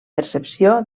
percepció